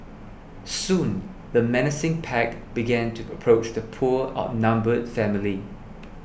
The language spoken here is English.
soon the menacing pack began to approach the poor outnumbered family